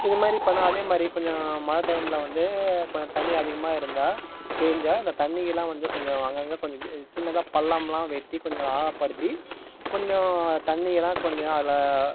இது மாதிரி பண்ணோம் அதே மாதிரி கொஞ்சம் மழை டைமில் வந்து கொஞ்சம் தண்ணி அதிகமாக இருந்தால் பேய்ஞ்சா அந்த தண்ணியெல்லாம் வந்து கொஞ்சம் அங்கங்கே கொஞ்சம் சின்னதாக பள்ளம்லாம் வெட்டி கொஞ்சம் ஆழப்படுத்தி கொஞ்சம் தண்ணியெல்லாம் கொஞ்சம் அதில்